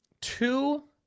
Two